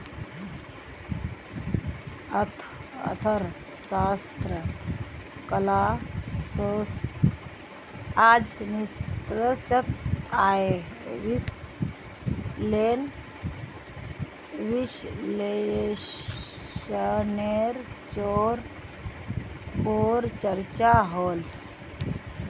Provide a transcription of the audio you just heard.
अर्थशाश्त्र क्लास्सोत आज निश्चित आय विस्लेसनेर पोर चर्चा होल